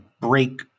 break